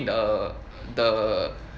the the